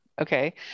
Okay